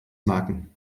merken